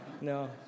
No